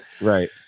Right